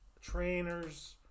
trainers